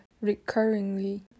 recurrently